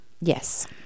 yes